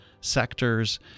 sectors